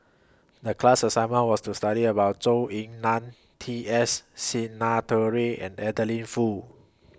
The class assignment was to study about Zhou Ying NAN T S Sinnathuray and Adeline Foo